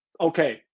okay